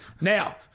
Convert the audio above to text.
Now